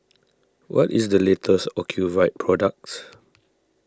what is the latest Ocuvite product